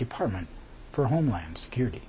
department for homeland security